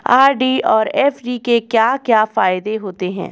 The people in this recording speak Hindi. आर.डी और एफ.डी के क्या क्या फायदे होते हैं?